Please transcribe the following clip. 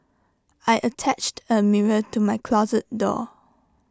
I attached A mirror to my closet door